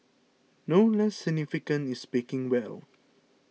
no less significant is speaking well